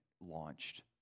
launched